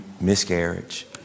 miscarriage